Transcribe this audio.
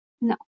no